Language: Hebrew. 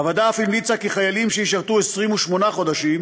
הוועדה אף המליצה כי חיילים שישרתו 28 חודשים